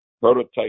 prototype